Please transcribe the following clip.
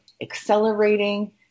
accelerating